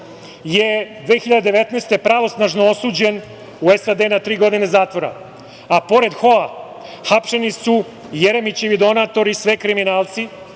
je pravosnažno osuđen u SAD na tri godine zatvora. Pored Hoa, hapšeni su i Jeremićevi donatori, sve kriminalci,